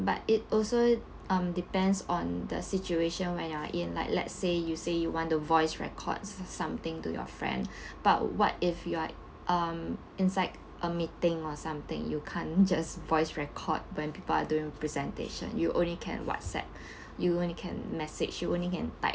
but it also um depends on the situation when you're in like let's say you say you want the voice records something to your friend but what if you are um inside a meeting or something you can't just voice record when people are doing presentation you only can WhatsApp you only can message you only can type